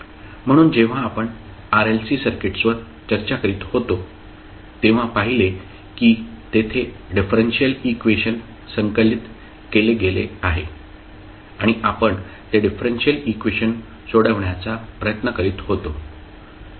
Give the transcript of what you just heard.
म्हणून जेव्हा आपण RLC सर्किट्सवर चर्चा करीत होतो तेव्हा पाहिले की तेथे डिफरेंशियल इक्वेशन संकलित केले गेले आहे आणि आपण ते डिफरेंशियल इक्वेशन सोडवण्याचा प्रयत्न करीत होतो